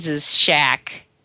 shack